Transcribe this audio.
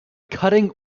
cutting